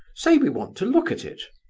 say we want to look at it.